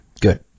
Good